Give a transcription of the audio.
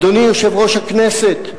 אדוני יושב-ראש הכנסת,